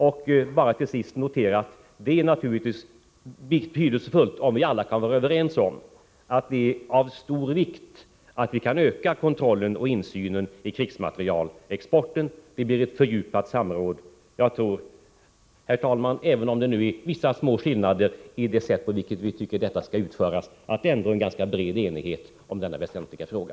Till sist vill jag bara notera att det naturligtvis är betydelsefullt om vi alla kan vara överens om att det är av stor vikt att vi kan öka kontrollen och insynen i fråga om krigsmaterielexport. Vi vill ha ett fördjupat samråd. Jag tror, även om det nu är vissa små skillnader i det sätt på vilket vi tycker detta skall utföras, att det ändå finns en ganska bred enighet om denna väsentliga fråga.